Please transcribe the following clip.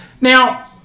Now